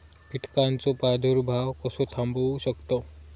कीटकांचो प्रादुर्भाव कसो थांबवू शकतव?